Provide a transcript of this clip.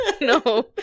no